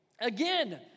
Again